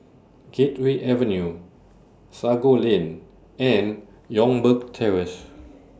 Gateway Avenue Sago Lane and Youngberg Terrace